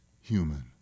human